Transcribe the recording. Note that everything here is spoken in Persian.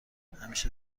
همیشه